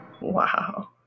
Wow